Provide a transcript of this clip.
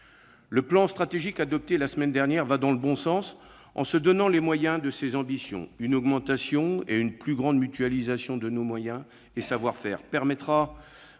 Le plan stratégique adopté la semaine dernière va dans le bon sens en nous donnant les moyens de nos ambitions. Une augmentation et une plus grande mutualisation de nos moyens et de nos savoir-faire permettront